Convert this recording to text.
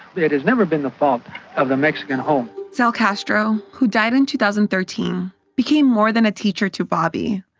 it has never been the fault of the mexican home sal castro, who died in two thousand and thirteen, became more than a teacher to bobby.